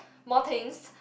more things